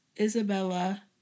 Isabella